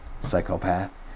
psychopath